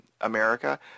America